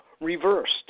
reversed